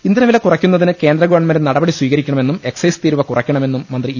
ഇന്ധ ന വില കുറ യ് ക്കു ന്ന തിന് കേന്ദ്ര ഗ വൺ മെന്റ് നടപടി സ്വീകരിക്കണമെന്നും എക്സൈസ് തീരുവ കുറയ്ക്കണ മെന്നും മന്ത്രി ഇ